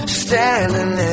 standing